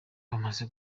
bumaze